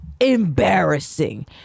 embarrassing